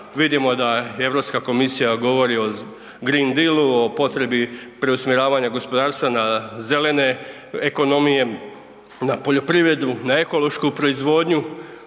vidimo da Europska komisija govori o green dealu, o potrebi preusmjeravanja gospodarstva na zelene ekonomije, na poljoprivredu, na ekološku proizvodnju,